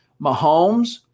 Mahomes